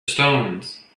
stones